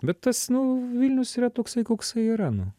bet tas nu vilnius yra toksai koksai yra nu